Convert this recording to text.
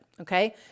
okay